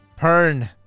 Pern